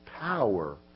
power